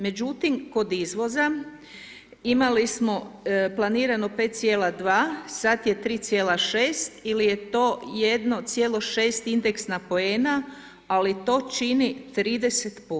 Međutim, kod izvoza imali smo planirano 5,2, sad je 3,6 il je to 1,6 indeksna poena, ali to čini 30%